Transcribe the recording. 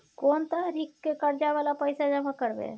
कोन तारीख के कर्जा वाला पैसा जमा करबे?